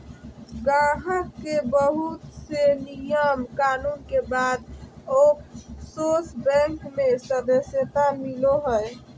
गाहक के बहुत से नियम कानून के बाद ओफशोर बैंक मे सदस्यता मिलो हय